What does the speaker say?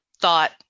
thought